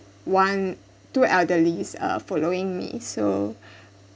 one two elderly uh following me so